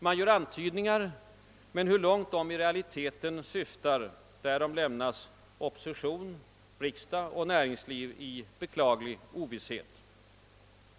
Man gör antydningar, men om hur långt dessa i realiteten syftar lämnas opposition, riksdag och näringsliv i beklaglig ovisshet.